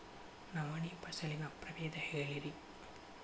ನವಣಿ ಫಸಲಿನ ಪ್ರಭೇದ ಹೇಳಿರಿ